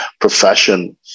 profession